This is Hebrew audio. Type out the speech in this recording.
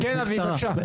בקצרה.